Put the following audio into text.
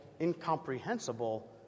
incomprehensible